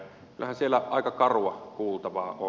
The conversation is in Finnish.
kyllähän siellä aika karua kuultavaa on